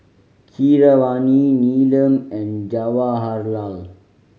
Keeravani Neelam and Jawaharlal